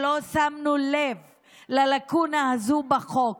שלא שמנו לב ללקונה הזאת בחוק?